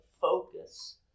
focus